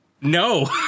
no